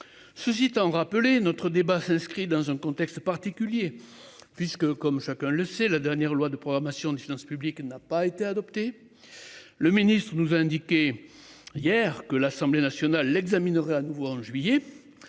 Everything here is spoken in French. Suscitant rappeler notre débat s'inscrit dans un contexte particulier puisque comme chacun le sait, la dernière loi de programmation des finances publiques n'a pas été adopté. Le nous a indiqué. Hier, que l'Assemblée nationale examinera à nouveau en juillet.